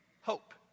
Hope